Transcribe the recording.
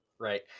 Right